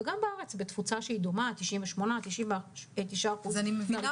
וגם בארץ בתפוצה דומה 98%. אני מבינה